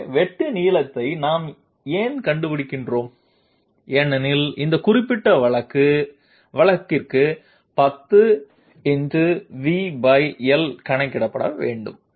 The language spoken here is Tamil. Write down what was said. ஆகவே வெட்டு நீளத்தை நாம் ஏன் கண்டுபிடிக்கிறோம் ஏனெனில் இந்த குறிப்பிட்ட வழக்குக்கு 10×VL கணக்கிடப்பட வேண்டும்